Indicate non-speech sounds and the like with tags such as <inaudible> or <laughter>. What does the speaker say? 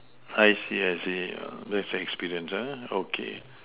I see I see <noise> with experience ah okay